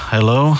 Hello